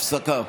הפסקה.